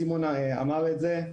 סימון אמר את זה,